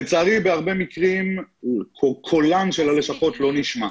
לצערי, בהרבה מקרים קולן של הלשכות לא נשמע.